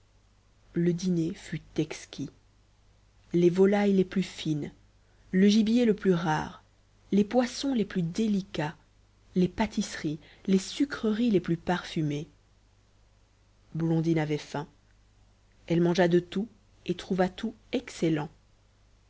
le dîner fut exquis les volailles les plus fines le gibier le plus rare les poissons les plus délicats les pâtisseries les sucreries les plus parfumées blondine avait faim elle mangea de tout et trouva tout excellent